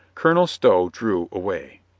colonel stow drew away.